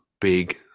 big